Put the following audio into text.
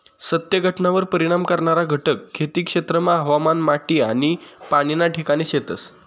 सत्य घटनावर परिणाम करणारा घटक खेती क्षेत्रमा हवामान, माटी आनी पाणी ना ठिकाणे शेतस